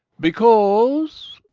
because,